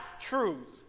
truth